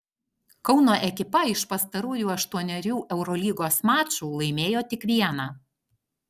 kauno ekipa iš pastarųjų aštuonerių eurolygos mačų laimėjo tik vieną